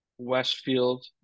Westfield